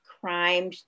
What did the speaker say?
crime